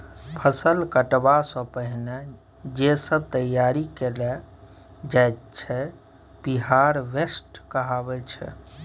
फसल कटबा सँ पहिने जे सब तैयारी कएल जाइत छै प्रिहारवेस्ट कहाबै छै